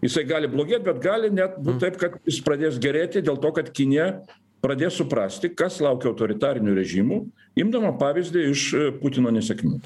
jisai gali blogėt bet gali net būt taip kad jis pradės gerėti dėl to kad kinija pradės suprasti kas laukia autoritarinių režimų imdama pavyzdį iš putino nesėkmių